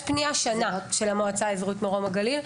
יש פנייה שנה של המועצה האזורית מרום הגליל.